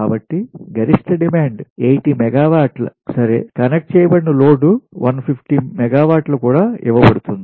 కాబట్టి గరిష్ట డిమాండ్ 80 మెగావాట్ల సరే కనెక్ట్ చేయబడిన లోడ్ 150 మెగావాట్ల కూడా ఇవ్వబడుతుంది